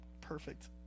perfect